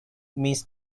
means